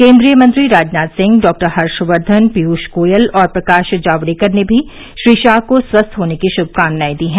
केन्द्रीय मंत्री राजनाथ सिंह डॉ हर्षवर्धन पीयूष गोयल और प्रकाश जावड़ेकर ने भी श्री शाह को स्वस्थ होने की श्भकामनाएं दी हैं